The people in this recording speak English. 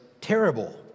terrible